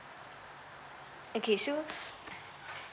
okay so